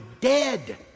dead